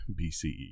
BCE